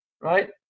right